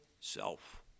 Self